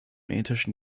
ethischen